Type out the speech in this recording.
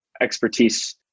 expertise